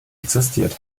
existiert